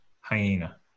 hyena